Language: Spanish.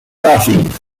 racing